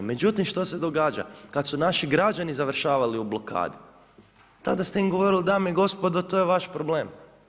Međutim, što se događa kad su naši građani završavali u blokadi, tada ste im govorili dame i gospodo to je vaš problem.